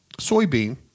soybean